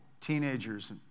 teenagers